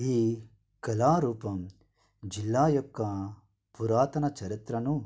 ఈ కళారూపం జిల్లా యొక్క పురాతన చరిత్రను